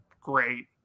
great